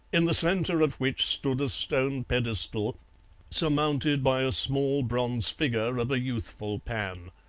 in the centre of which stood a stone pedestal surmounted by a small bronze figure of a youthful pan.